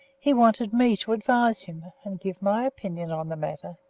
he wanted me to advise him, and give my opinion on the matter,